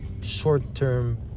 short-term